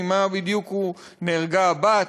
ממה בדיוק נהרגה הבת.